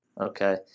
okay